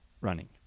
running